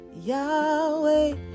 Yahweh